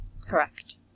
correct